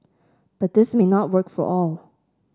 but this may not work for all